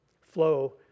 flow